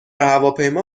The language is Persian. هواپیما